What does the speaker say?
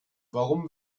warum